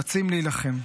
רצים להילחם.